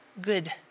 good